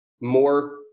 more